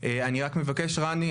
אני רק מבקש רני,